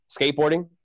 skateboarding